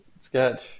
sketch